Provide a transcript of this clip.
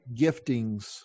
giftings